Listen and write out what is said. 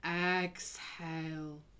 Exhale